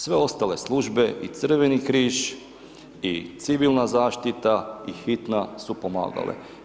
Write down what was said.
Sve ostale službe i Crveni križ i civilna zaštita i hitna su pomagale.